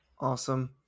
awesome